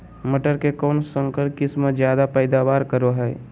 मटर के कौन संकर किस्म जायदा पैदावार करो है?